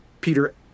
Peter